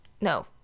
No